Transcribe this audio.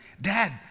Dad